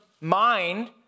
mind